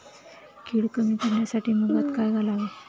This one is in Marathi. कीड कमी करण्यासाठी मुगात काय घालावे?